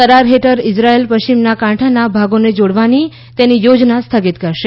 કરાર હેઠળ ઇઝરાયેલ પશ્ચિમ કાંઠાના ભાગોને જોડવાની તેની યોજના સ્થગિત કરશે